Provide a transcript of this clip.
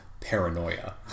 paranoia